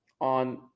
on